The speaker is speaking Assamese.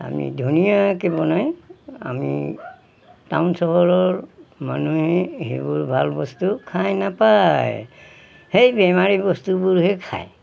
আমি ধুনীয়াকে বনাই আমি টাউন চহৰৰ মানুহে সেইবোৰ ভাল বস্তু খাই নাপায় সেই বেমাৰী বস্তুবোৰহে খায়